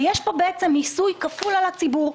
ויש פה מיסוי כפול על הציבור.